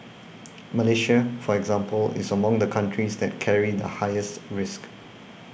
Malaysia for example is among the countries that carry the highest risk